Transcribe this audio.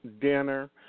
dinner